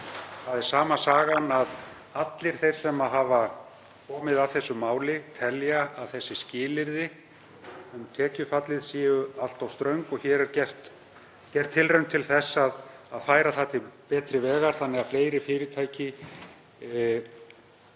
Það er sama sagan að allir þeir sem hafa komið að þessu máli telja að skilyrðin um tekjufallið séu allt of ströng og hér er gerð tilraun til að færa það til betri vegar þannig að fleiri fyrirtæki